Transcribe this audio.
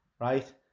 right